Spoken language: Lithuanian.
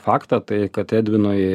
faktą tai kad edvinui